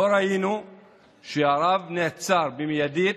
לא ראינו שהרב נעצר במיידית